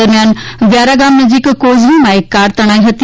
દરમિયાન વ્યારા ગામ નજીક કોઝવે માં એક કાર તણાઈ હતી